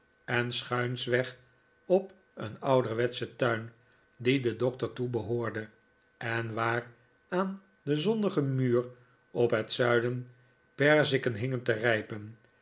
en schuinsweg op een ouderwetschen tuin die den doctor toebehoorde en waar aan den zonnigen muur op het zuiden perziken hingen te rijpen